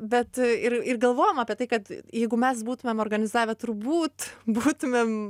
bet ir ir galvojom apie tai kad jeigu mes būtumėm suorganizavę turbūt būtumėm